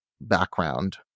background